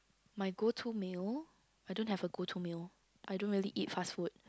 my go to meal I don't a go to meal I don't really eat fast food